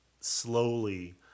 slowly